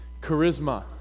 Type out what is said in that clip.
charisma